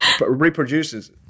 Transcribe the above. reproduces